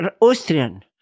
Austrian